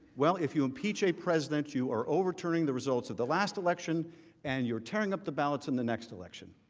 if you impeach a president, you are overturning the results of the last election and you are tearing up the ballots in the next election.